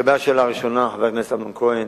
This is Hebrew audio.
לגבי השאלה הראשונה, חבר הכנסת אמנון כהן,